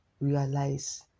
realize